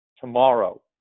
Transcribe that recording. tomorrow